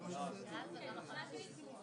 הוא עדיין לא הוכר.